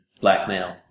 blackmail